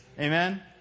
Amen